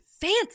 fancy